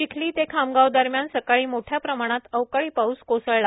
चिखली ते खामगाव दरम्यान सकाळी मोठ्या प्रमाणात अवकाळी पाऊस कोसळला